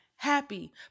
happy